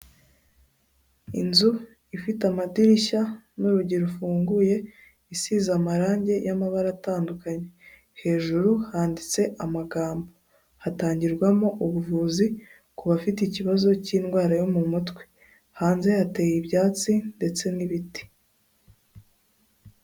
Inzu ifite amadirishya n'urugi rufunguye isize amarangi y'amabara atandukanye, hejuru handitse amagambo hatangirwamo ubuvuzi ku bafite ikibazo cy'indwara yo mu mutwe, hanze yateye ibyatsi ndetse n'ibiti.